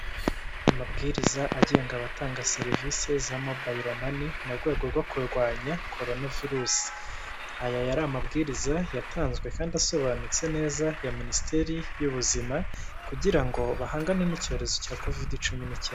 Amabwiriza agenga abatanga serivise za mubayilo mani mu rwego rwo kurwanya korona virusi, aya yari amabwiriza yatanzwe kandi asobanutse neza ya minisiteri y'ubuzima, kugira ngo bahangane n'icyorezo cya kovide cumi n'icyenda.